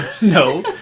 No